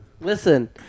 Listen